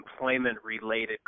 employment-related